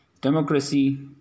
democracy